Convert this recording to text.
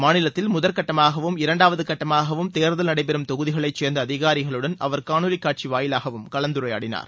மாநிலத்தில் முதல்கட்டமாகவும் இரண்டாவது கட்டமாகவும் தேர்தல் நடைபெறும் தொகுதிகளை சேர்ந்த அதிகாரிகளுடன் அவர் காணொலி காட்சி வாயிலாகவும் கலந்தரையாடினார்